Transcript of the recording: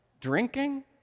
drinking